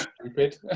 stupid